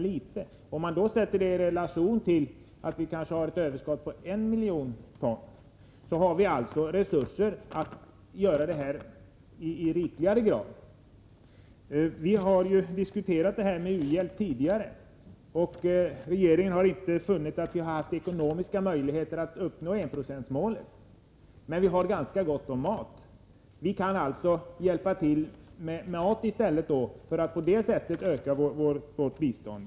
Och om siffran sätts i relation till att vi kanske har ett överskott på en miljon ton ser man att det finns resurser att öka katastrofhjälpen. Vi har diskuterat u-hjälpen tidigare, och regeringen har inte funnit att vi har ekonomiska möjligheter att uppnå enprocentsmålet. Men vi har ganska gott om mat. Vi kan alltså hjälpa till med mat i stället, för att på det sättet öka vårt bistånd.